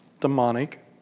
demonic